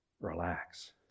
relax